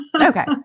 Okay